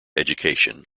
education